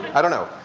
i don't know.